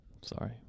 Sorry